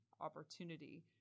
opportunity